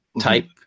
type